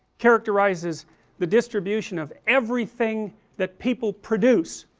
characterizes the distribution of everything that people produce,